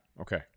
okay